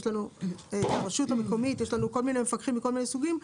יש לנו את הרשות המקומית וכל מיני מפקחים מכל מיני סוגים.